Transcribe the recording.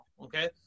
Okay